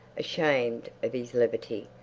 ashamed of his levity,